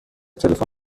تلفن